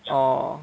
orh